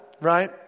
right